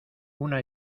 una